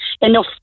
enough